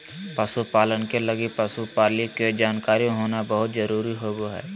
पशु पालन के लगी पशु पालय के जानकारी होना बहुत जरूरी होबा हइ